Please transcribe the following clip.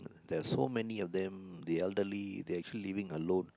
there are so many of them the elderly they actually living alone